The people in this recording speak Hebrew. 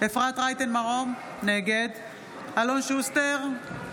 אפרת רייטן מרום, נגד אלון שוסטר,